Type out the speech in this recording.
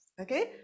Okay